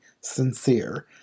sincere